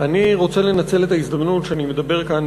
אני רוצה לנצל את ההזדמנות שאני מדבר כאן,